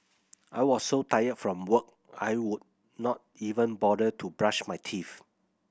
I was so tired from work I would not even bother to brush my teeth